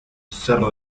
cerro